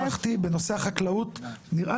יש איזושהי בדיקה שערכתי בנושא החקלאות.